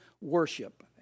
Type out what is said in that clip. worship